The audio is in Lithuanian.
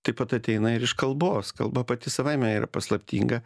taip pat ateina ir iš kalbos kalba pati savaime yra paslaptinga